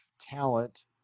talent